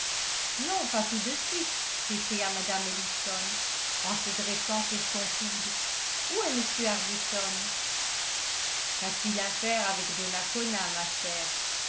non pas tout de suite s'écria mme ellison en se dressant sur son coude où est m arbuton qu'a-t-il à faire avec donacona ma chère